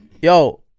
yo